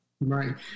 right